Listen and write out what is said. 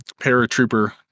paratrooper